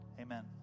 amen